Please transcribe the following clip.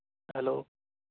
hello